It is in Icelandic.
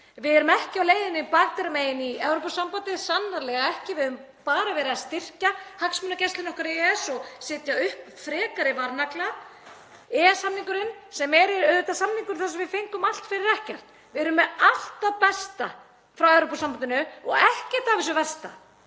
Við erum ekki á leiðinni bakdyramegin í Evrópusambandið, sannarlega ekki. Við höfum bara verið að styrkja hagsmunagæslu okkar í EES og setja upp frekari varnagla. EES-samningurinn er auðvitað samningur þar sem við fengum allt fyrir ekkert. Við erum með allt það besta frá Evrópusambandinu og ekkert af þessu versta